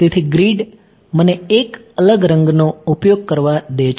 તેથી ગ્રીડ મને એક અલગ રંગ નો ઉપયોગ કરવા દે છે